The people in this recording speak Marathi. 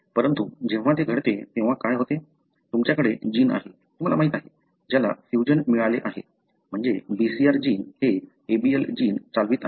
परंतु जेव्हा ते घडते तेव्हा काय होते तुमच्याकडे जीन आहे तुम्हाला माहिती आहे ज्याला फ्यूजन मिळाले आहे म्हणजे BCR जीन हे ABL जीन चालवित आहे